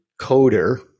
coder